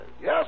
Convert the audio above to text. Yes